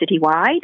citywide